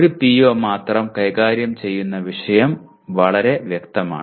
ഒരു PO മാത്രം കൈകാര്യം ചെയ്യുന്ന വിഷയം വളരെ വ്യക്തമാണ്